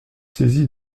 saisi